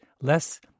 less